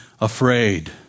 afraid